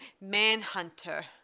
Manhunter